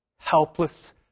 Helpless